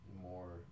more